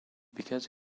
because